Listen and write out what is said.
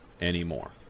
anymore